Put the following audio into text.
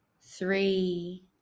Three